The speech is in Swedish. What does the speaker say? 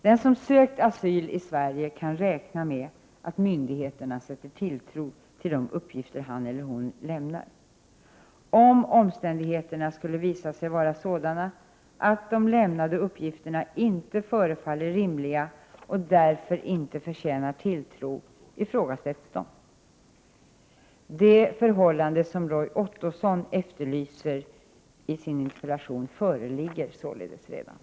Den som sökt asyl i Sverige kan räkna med att myndigheterna sätter tilltro till de uppgifter han eller hon lämnar. Om omständigheterna skulle visa sig vara sådana att de lämnade uppgifterna inte förefaller rimliga och därför inte förtjänar tilltro ifrågasätts de. Det förhållande som Roy Ottosson efterlyser i sin interpellation föreligger således redan.